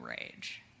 rage